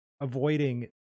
avoiding